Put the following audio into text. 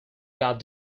got